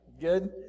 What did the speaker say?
Good